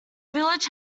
village